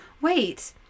wait